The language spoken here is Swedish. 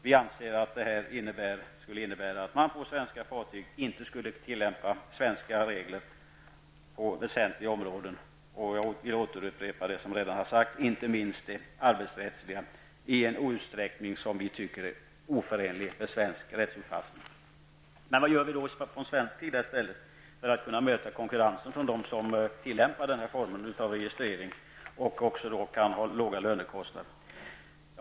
Vi anser att det skulle innebära att man på svenska fartyg skulle underlåta att tillämpa svenska lagregler på väsentliga områden, inte minst det arbetsrättsliga -- jag vill därvidlag upprepa vad som redan har sagts -- i en utsträckning som är oförenlig med svensk rättsuppfattning. Men vad gör vi då från svensk sida för att kunna möta konkurrensen från dem som tillämpar den här formen av registrering och som då också kan ha låga lönekostnader?